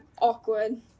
awkward